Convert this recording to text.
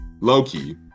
Loki